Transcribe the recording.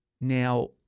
Now